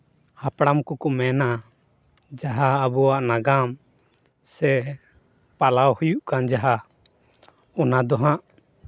ᱦᱟᱯᱲᱟᱢ ᱠᱚᱠᱚ ᱢᱮᱱᱟ ᱡᱟᱦᱟᱸ ᱟᱵᱚᱣᱟᱜ ᱱᱟᱜᱟᱢ ᱥᱮ ᱯᱟᱞᱟᱣ ᱦᱩᱭᱩᱜ ᱠᱟᱱ ᱡᱟᱦᱟᱸ ᱚᱱᱟ ᱫᱚ ᱦᱟᱸᱜ